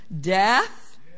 Death